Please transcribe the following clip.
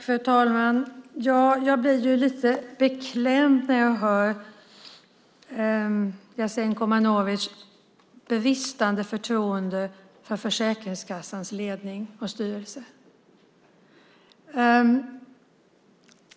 Fru talman! Jag blir lite beklämd när jag hör om Jasenko Omanovics bristande förtroende för Försäkringskassans ledning och styrelse.